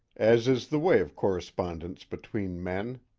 as is the way of correspondence between men.